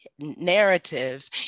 narrative